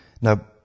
now